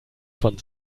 von